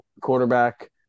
quarterback